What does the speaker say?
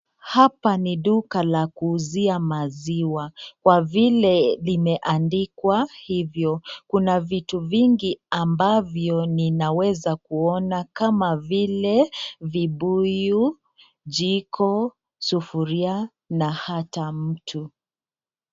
Hapa ni duka la kuuzia maziwa kwa vile limeandikwa hivo, kuna vitu vingi ambavyo ninaweza kuona kama vile vibuyu, jiko, sufuria na hata mtu.